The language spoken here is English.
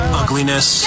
ugliness